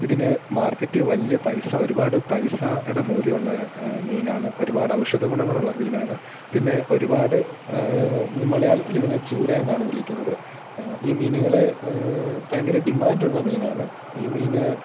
ഇതിന് മാർക്കറ്റിൽ വലിയ പൈസ ഒരുപാട് പൈസ ട മൂല്യമുള്ള മീനാണ് ഒരുപാടൗഷധ ഗുണങ്ങളുള്ള മീനാണ് പിന്നെ ഒരുപാട് മലയാളത്തിലിതിനെ ചൂര എന്നാണ് വിളിക്കുന്നത് ഈ മീനുകളെ ഭയങ്കര ഡിമാന്റുള്ള മീനാണ് ഈ മീന്